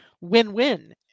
win-win